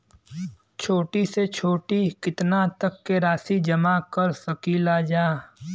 छोटी से छोटी कितना तक के राशि जमा कर सकीलाजा?